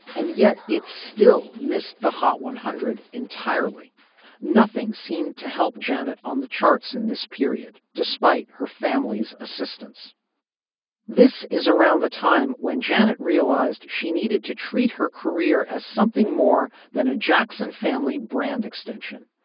and yet it's still missed the hot one hundred entirely nothing seemed to help janet on the charts in this period despite her family's assistance this is around the time when janet realized she needed to treat her career as something more than a jackson family brand extension.